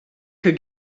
could